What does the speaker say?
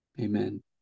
Amen